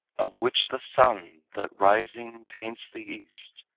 of which the sun that rising paints the east,